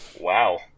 Wow